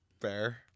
fair